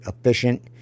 efficient